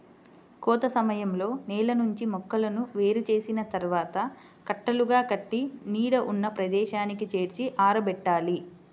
కోత సమయంలో నేల నుంచి మొక్కలను వేరు చేసిన తర్వాత కట్టలుగా కట్టి నీడ ఉన్న ప్రదేశానికి చేర్చి ఆరబెట్టాలి